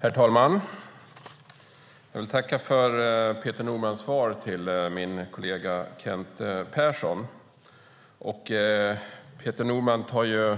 Herr talman! Jag vill tacka för Peter Normans svar till min kollega Kent Persson. Peter Norman tar i